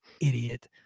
idiot